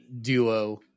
duo